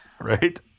right